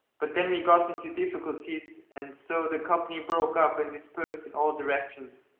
but then we got into difficulties, and so the company broke up and dispersed in all directions.